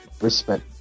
respect